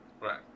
right